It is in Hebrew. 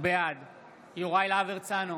בעד יוראי להב הרצנו,